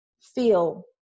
feel